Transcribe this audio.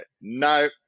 no